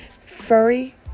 furry